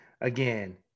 Again